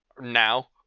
now